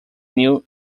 new